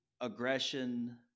aggression